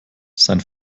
sein